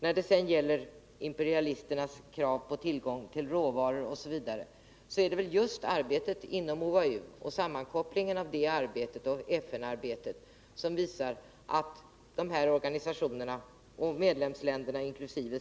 När det sedan gäller ”imperialisternas” krav på tillgång till råvaror och annat visar väl just arbetet inom OAU och sammankopplingen av det arbetet och FN-arbetet att dessa organisationer och deras medlemsländer, inkl.